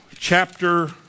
Chapter